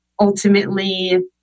ultimately